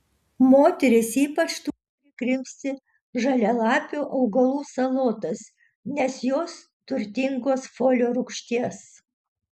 moterys ypač turi krimsti žalialapių augalų salotas nes jos turtingos folio rūgšties